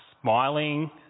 smiling